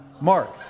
Mark